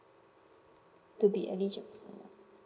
to be eligible